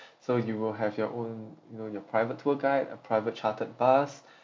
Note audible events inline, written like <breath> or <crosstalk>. <breath> so you will have your own you know your private tour guide a private chartered bus <breath>